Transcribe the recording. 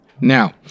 Now